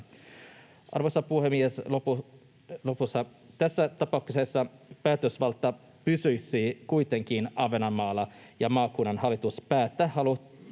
Arvoisa puhemies! Lopuksi: tässä tapauksessa päätösvalta pysyisi kuitenkin Ahvenanmaalla ja maakunnan hallitus päättää, halutaanko